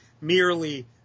merely